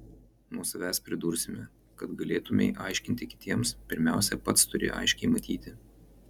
nuo savęs pridursime kad galėtumei aiškinti kitiems pirmiausia pats turi aiškiai matyti